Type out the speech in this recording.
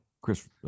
Chris